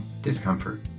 discomfort